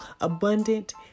abundant